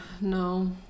no